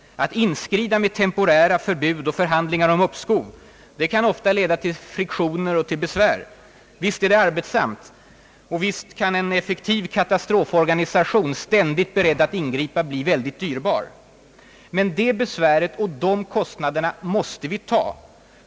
Att inskrida med temporära förbud och förhandlingar om uppskov kan ofta leda till friktioner och besvär. Visst är det arbetsamt och visst kan en effektiv katastroforganisation, ständigt beredd att ingripa, bli mycket dyrbar. Men det besväret och de kostnaderna måste vi ta.